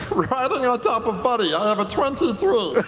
riding on top of buddy, i have a twenty three.